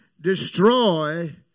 destroy